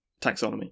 taxonomy